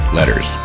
Letters